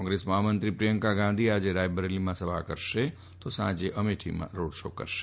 કોંગ્રેસ મહામંત્રી પ્રિયંકા ગાંધી આજે રાયબરેલીમાં સભા કરવાના છે અને સાંજે અમેઠીમાં રોડ શો કરશે